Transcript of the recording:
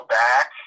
back